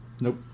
Nope